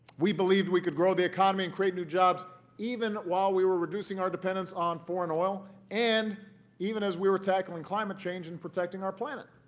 we believed we could grow the economy and create new jobs even while we were reducing our dependence on foreign oil, and even as we were tackling climate change and protecting our planet.